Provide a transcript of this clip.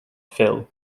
phil